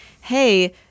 hey –